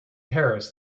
harris